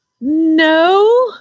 No